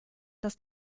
dass